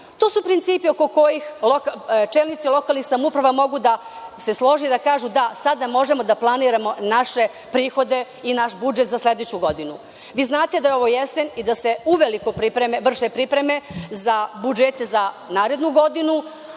su principi oko kojih čelnici lokalnih samouprava mogu da se slože i da kažu – da, sada možemo da planiramo naše prihode i naš budžet za sledeću godinu. Vi znate da je ovo jesen i da se uveliko vrše pripreme za budžete za narednu godinu,